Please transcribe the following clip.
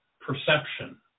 perception